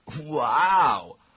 Wow